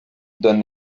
donne